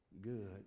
good